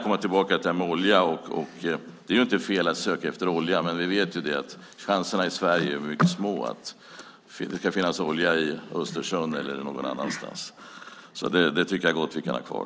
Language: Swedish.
Det är inte fel att söka efter olja. Vi vet dock att chanserna att det finns olja i Östersjön eller någon annanstans är mycket små, så det tycker jag gott att vi kan ha kvar.